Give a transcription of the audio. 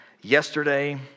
yesterday